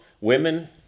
Women